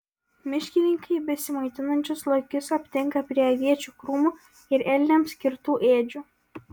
miškininkai besimaitinančius lokius aptinka prie aviečių krūmų ir elniams skirtų ėdžių